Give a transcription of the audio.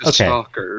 okay